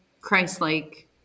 Christ-like